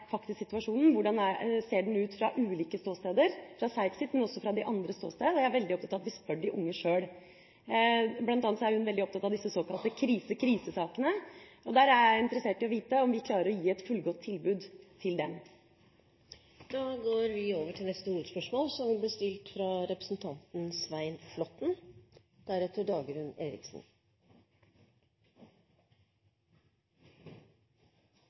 hvordan ser den ut fra ulike ståsteder – fra SEIFs, men også fra de andres ståsted. Jeg er veldig opptatt av at vi spør de unge sjøl – bl.a. er hun veldig opptatt av disse såkalte krise-krisesakene, og der er jeg interessert i å vite om vi klarer å gi et fullgodt tilbud til dem. Vi går videre til neste hovedspørsmål.